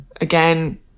again